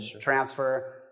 transfer